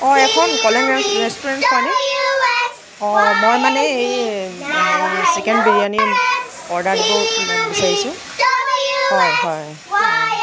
অ' এইখন college restaurant হয়নে অ মই মানে এই হেৰি চিকেন বিৰিয়ানী অৰ্ডাৰ দিব বিচাৰিছোঁ হয় হয় অ'